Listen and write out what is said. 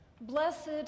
Blessed